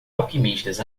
alquimistas